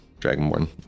Dragonborn